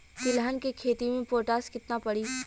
तिलहन के खेती मे पोटास कितना पड़ी?